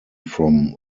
from